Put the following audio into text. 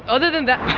other than that,